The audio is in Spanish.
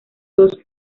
dos